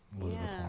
Elizabeth